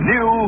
New